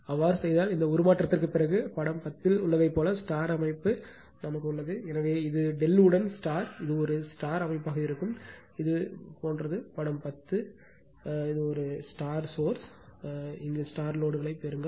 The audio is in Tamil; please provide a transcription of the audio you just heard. அவ்வாறு செய்தால் இந்த உருமாற்றத்திற்குப் பிறகு படம் 10 இல் உள்ளதைப் போல அமைப்பு உள்ளது எனவே இது ∆ உடன் இது ஒரு அமைப்பாக இருக்கும் இது போன்றது படம் 10 சோர்ஸ் லோட்களைப் பெறுங்கள்